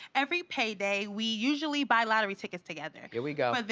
every payday, we usually buy lottery tickets together. here we go.